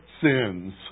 sins